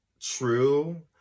true